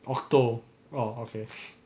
okto oh okay